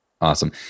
Awesome